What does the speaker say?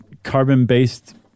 carbon-based